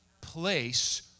place